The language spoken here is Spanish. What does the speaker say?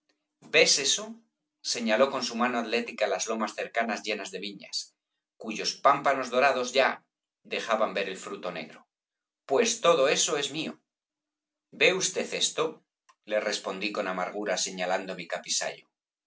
ves eso señaló con su mano atlética las lomas cercanas llenas de viñas cuyos pámpanos dorados ya dejaban ver el fruto negro pues todo eso es mío ve usted esto le respondí con amartropiquillos gura señalando mi capisayo